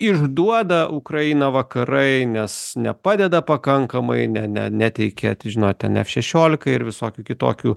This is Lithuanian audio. išduoda ukrainą vakarai nes nepadeda pakankamai ne ne neteikia ten žinote ten f šešiolika ir visokių kitokių